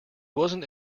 wasn’t